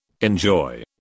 enjoy